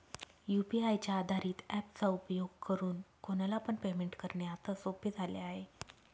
UPI च्या आधारित app चा उपयोग करून कोणाला पण पेमेंट करणे आता सोपे झाले आहे